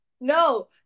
no